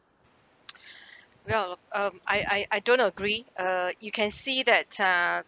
no um I I I don't agree uh you can see that uh